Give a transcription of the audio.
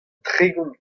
tregont